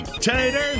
Tater